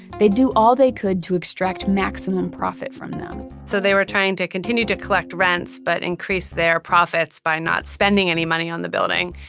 they'd do all they could to extract maximum profit from them so they were trying to continue to collect rents but increase their profits by not spending any money on the building.